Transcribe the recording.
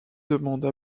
demande